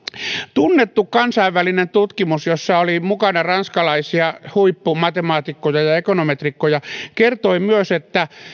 tunnettu kansainvälinen tutkimus jossa oli mukana ranskalaisia huippumatemaatikkoja ja ekonometrikkoja kertoi myös että